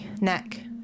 neck